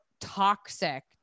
toxic